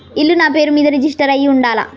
ఇల్లు నాపేరు మీదే రిజిస్టర్ అయ్యి ఉండాల?